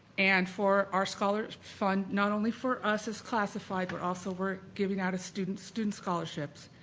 and for our scholar fund not only for us as classified, we're also were giving out students student scholarships.